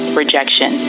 rejection